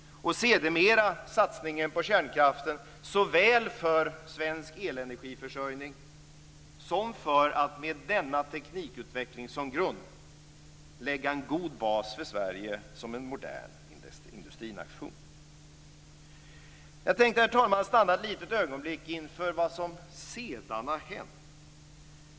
Sedermera skedde satsningen på kärnkraften såväl för svensk elenergiförsörjning som för att med denna teknikutveckling som grund lägga en god bas för Sverige som modern industrination. Herr talman! Jag tänkte stanna ett litet ögonblick inför vad som sedan har hänt.